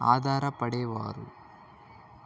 ఆధారపడేవారు